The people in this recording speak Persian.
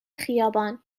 خیابان